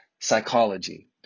psychology